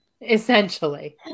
Essentially